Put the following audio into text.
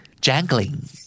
jangling